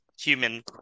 Human